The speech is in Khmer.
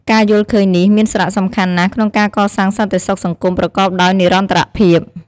ការយល់ឃើញនេះមានសារៈសំខាន់ណាស់ក្នុងការកសាងសន្តិសុខសង្គមប្រកបដោយនិរន្តរភាព។